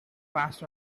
past